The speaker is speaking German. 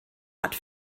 hat